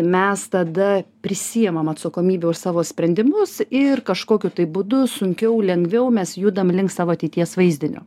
mes tada prisiimam atsakomybę už savo sprendimus ir kažkokiu tai būdu sunkiau lengviau mes judam link savo ateities vaizdinio